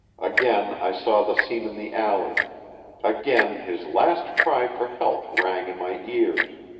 again i saw the scene in the alley again his last cry for help rang in my ears